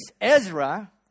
Ezra